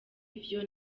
ivyo